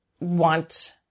want